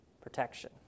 protection